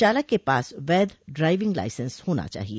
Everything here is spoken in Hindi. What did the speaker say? चालक के पास वैध ड्राइविंग लाइसेंस होना चाहिए